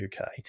UK